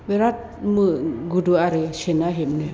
बिराद गुदु आरो सेना हेबनो